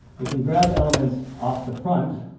we can grab elements off the front,